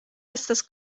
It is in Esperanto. estas